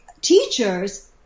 teachers